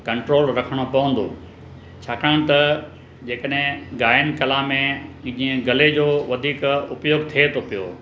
control रखिणो पवंदो छाकाणि त जेकॾहिं गायन कला में ईअं गले जो वधीक उपयोग थिए थो पियो